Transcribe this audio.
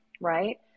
right